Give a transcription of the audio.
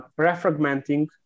refragmenting